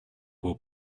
will